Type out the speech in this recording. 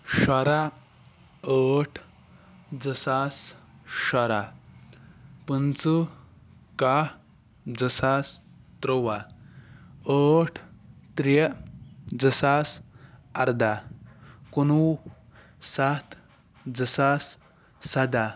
شُراہ ٲٹھ زٕ ساس شُراہ پٕنٛژٕ کَہہ زٕ ساس تُرٛواہ ٲٹھ ترٛےٚ زٕ ساس اَرداہ کُنوُہ سَتھ زٕ ساس سَداہ